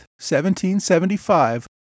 1775